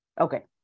Okay